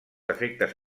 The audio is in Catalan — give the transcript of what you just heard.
efectes